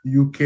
UK